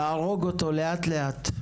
להרוג אותו לאט לאט,